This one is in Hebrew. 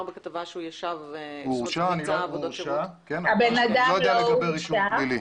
אני לא יודע לגבי רישום פלילי.